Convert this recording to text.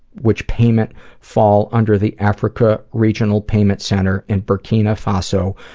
which payment fall under the africa regional payment center in burkina faso,